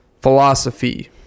philosophy